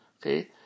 Okay